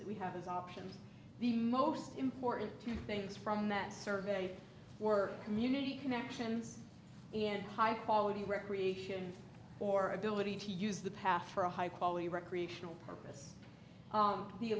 that we have as options the most important two things from that survey were community connections and high quality recreation or ability to use the past for a high quality recreational purpose